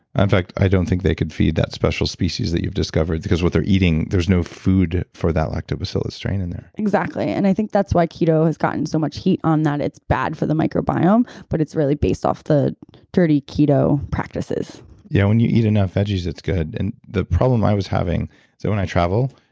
in fact, i don't think they could feed that special species that you've discovered because what they're eating, there's no food for that lactobacillus strain in there exactly. and i think that's why keto has gotten so much heat on that it's bad for the microbiome, but it's really based off the dirty-keto practices yeah when you eat enough veggies, it's good and the problem i was having is that so when i travel,